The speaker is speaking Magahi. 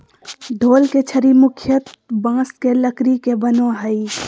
ढोल के छड़ी मुख्यतः बाँस के लकड़ी के बनो हइ